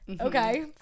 Okay